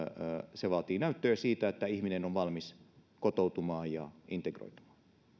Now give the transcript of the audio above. se vaatii näyttöä siitä että ihminen on valmis kotoutumaan ja integroitumaan